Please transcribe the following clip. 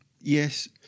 Yes